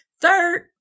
Third